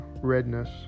redness